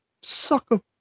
sucker